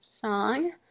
song